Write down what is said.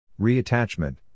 Reattachment